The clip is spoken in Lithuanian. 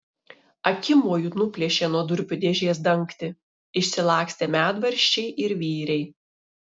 akimoju nuplėšė nuo durpių dėžės dangtį išsilakstė medvaržčiai ir vyriai